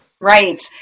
Right